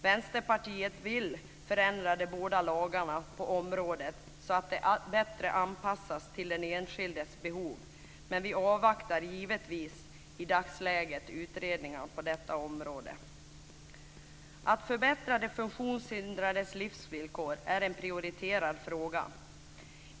Vänsterpartiet vill förändra de båda lagarna på området så att färdtjänsten bättre anpassas till den enskildes behov, men i dagsläget avvaktar vi givetvis utredningen på detta område. Att förbättra de funktionshindrades livsvillkor är en prioriterad fråga.